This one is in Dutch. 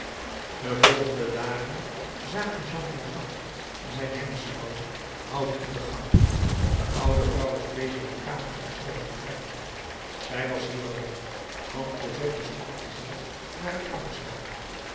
de volgende dagen zaagde jean valjean in zijn hemdsmouwen hout in de gang de oude vrouw was bezig de kamer in orde te brengen zij was hier alleen want cosette stond te zien naar het